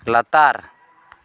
ᱞᱟᱛᱟᱨ